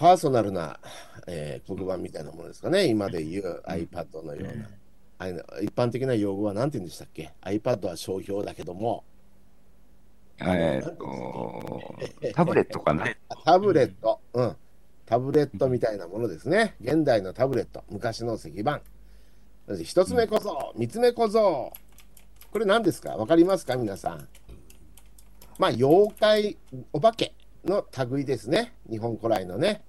パーソナルな、えー、黒板みたいなものですかね。今で言ううん。iPadのような。うん。あの、一般的な用語はなんて言うんでしたっけ？iPadは商標だけども。えーっと、あの、なんて言うんですか？タブレットかな。タブレット。うん。うん。タブレットみたいなものですね。現代のタブレット。昔の石板。まず一つ目小僧。うん。三つ目小僧。これ何ですか？わかりますか？皆さん。まあ、妖怪お化けの類ですね。日本古来のね。